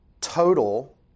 total